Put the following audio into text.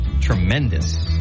tremendous